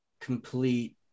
Complete